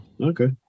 Okay